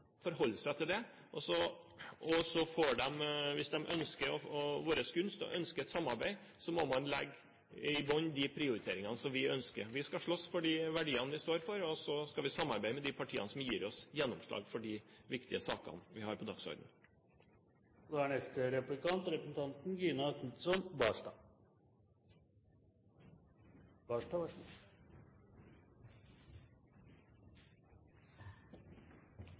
forholde seg til det. Hvis de ønsker vår gunst og ønsker et samarbeid, må man legge i bunnen de prioriteringene som vi ønsker. Vi skal slåss for de verdiene vi står for, og så skal vi samarbeide med de partiene som gir oss gjennomslag for de viktige sakene vi har på dagsordenen.